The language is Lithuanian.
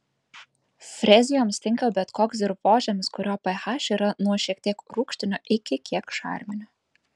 frezijoms tinka bet koks dirvožemis kurio ph yra nuo šiek tiek rūgštinio iki kiek šarminio